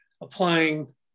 applying